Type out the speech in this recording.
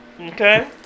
Okay